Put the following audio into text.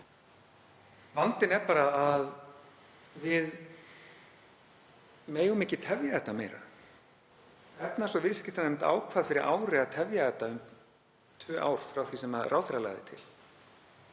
Vandinn er bara að við megum ekki tefja þetta meira. Efnahags- og viðskiptanefnd ákvað fyrir ári síðan að tefja þetta um tvö ár frá því sem ráðherra lagði til.